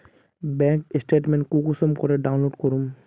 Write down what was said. Bank statement कुंसम करे download करूम?